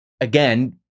again